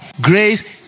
Grace